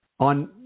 On